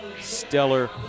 stellar